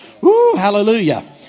hallelujah